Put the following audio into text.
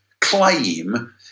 claim